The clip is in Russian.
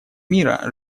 мира